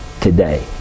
today